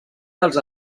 dels